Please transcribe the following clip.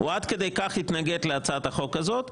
הוא עד כדי כך התנגד להצעת החוק הזאת,